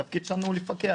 התפקיד שלנו הוא לפקח,